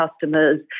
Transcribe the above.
customers